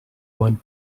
one